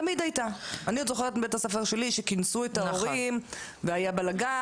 אני עוד זוכרת מבית הספר שלי שכינסו את ההורים והיה בלאגן,